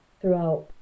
throughout